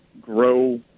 grow